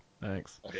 thanks